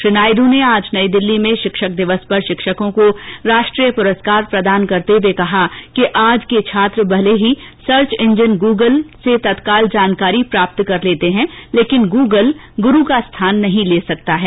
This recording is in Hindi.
श्री नायड् ने आज नई दिल्ली में शिक्षक दिवस पर शिक्षकों को राष्ट्रीय पुरस्कार प्रदान करते हुए कहा कि आज के छात्र भले ही सर्च इंजन गूगल में तत्काल जानकारी प्राप्त कर लेते हैं लेकिन गूगल गुरू का स्थान नहीं ले सकता है